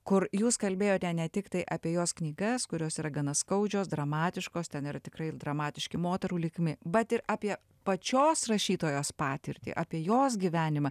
kur jūs kalbėjote ne tiktai apie jos knygas kurios yra gana skaudžios dramatiškos ten yra tikrai ir dramatiški moterų likimai bet ir apie pačios rašytojos patirtį apie jos gyvenimą